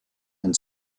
and